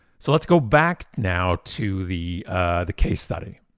so let's go back now to the the case study.